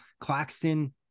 Claxton